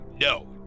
No